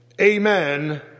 amen